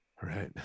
Right